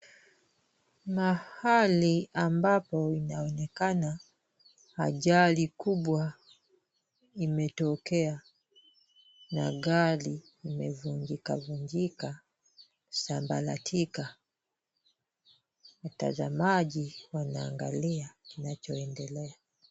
Mahali ambapo inaonekana ajali kubwa imetokea na gari imevunjikavunjika, sambaratika. Watazamaji wanaangalia kinachoendelea.